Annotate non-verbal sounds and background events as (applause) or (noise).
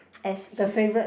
(noise) as he